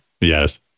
yes